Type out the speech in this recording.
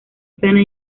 sana